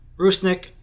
Rusnik